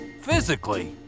physically